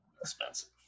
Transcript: expensive